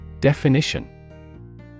Definition